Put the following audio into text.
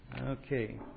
Okay